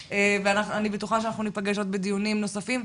ואני בטוחה שאנחנו ניפגש עוד בדיונים נוספים,